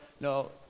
No